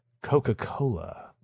Coca-Cola